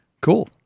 cool